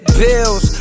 bills